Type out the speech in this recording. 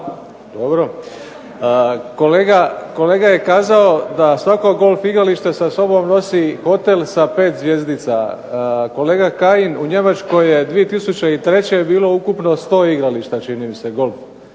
Dobro. Kolega je kazao da svako golf igralište sa sobom nosi hotel sa 5 zvjezdica. Kolega Kajin u Njemačkoj je 2003. bilo ukupno 100 igrališta čini mi se golf,